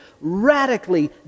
radically